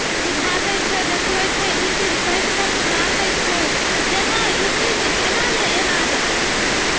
बुझा दैत छै देखबै छै ई चीज पढ़ि कऽ सुना दै छै जे हँ ई चीज एना नहि एना हेतै